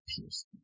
Pierce